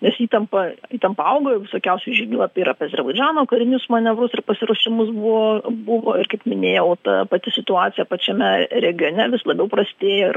nes įtampa ten paaugo ir visokiausių žinių apie ir apie azerbaidžano karinius manevrus ir pasiruošimus buvo buvo ir kaip minėjau ta pati situacija pačiame regione vis labiau prastėjo ir